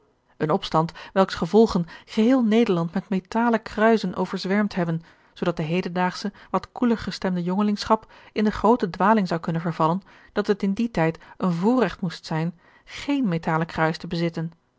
een opstand welks gevolgen geheel nederland met metalen kruizen overzwermd hebben zoodat de hedendaagsche wat koeler gestemde jongelingschap in de groote dwaling zou kunnen vervallen dat het in dien tijd een voorregt moest zijn geen metalen kruis te bezitten